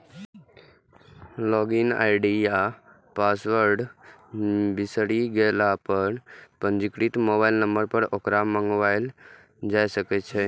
log in ID या password बिसरि गेला पर पंजीकृत मोबाइल नंबर पर ओकरा मंगाएल जा सकैए